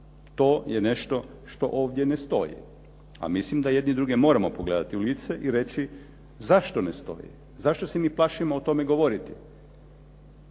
To je nešto što ovdje ne stoji, a mislim da jedni druge moramo pogledati u lice i reći zašto ne stoji? Zašto se mi plašimo o tome govoriti?